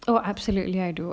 oh absolutely I do